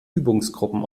übungsgruppen